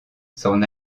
s’en